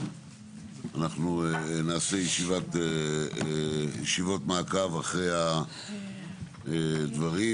אנחנו נעשה ישיבות מעקב אחרי הדברים.